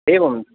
एवं